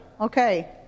okay